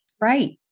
Right